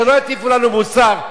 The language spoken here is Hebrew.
שלא יטיף לנו מוסר,